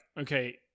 okay